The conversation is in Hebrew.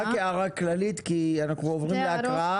רק הערה כללית כי אנחנו עוברים להקראה.